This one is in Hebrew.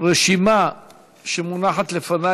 הרשימה מונחת לפני,